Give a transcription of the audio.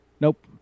Nope